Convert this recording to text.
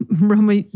Roma